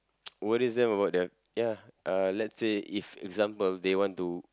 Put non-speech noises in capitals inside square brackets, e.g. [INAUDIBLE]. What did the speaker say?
[NOISE] worries them about the ya uh let's say if example they want to